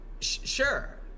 sure